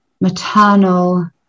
maternal